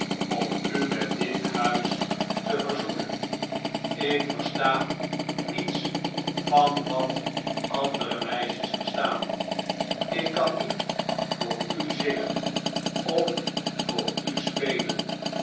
om u met dit huis te verzoenen ik versta niets van wat andere meisjes verstaan ik kan niet voor u zingen of voor u spelen